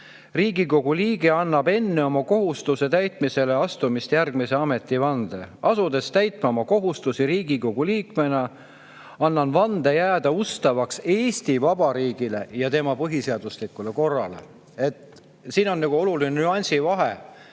"Riigikogu liige annab enne oma kohustuste täitmisele astumist järgmise ametivande. Asudes täitma oma kohustusi Riigikogu liikmena [---] annan vande jääda ustavaks Eesti Vabariigile ja tema põhiseaduslikule korrale." Siin on oluline nüansivahe.